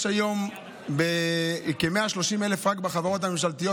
יש היום כ-130,000 טונות,